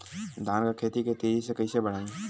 धान क खेती के तेजी से कइसे बढ़ाई?